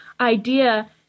idea